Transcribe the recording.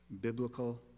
biblical